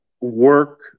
work